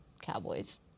Cowboys